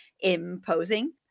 imposing